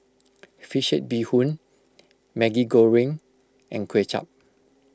Fish Head Bee Hoon Maggi Goreng and Kway Chap